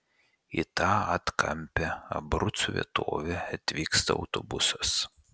į tą atkampią abrucų vietovę atvyksta autobusas